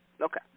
Okay